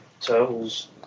turtles